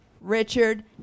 Richard